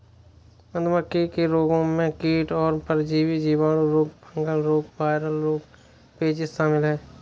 मधुमक्खी के रोगों में कीट और परजीवी, जीवाणु रोग, फंगल रोग, वायरल रोग, पेचिश शामिल है